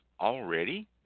already